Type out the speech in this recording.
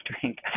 drink